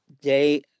day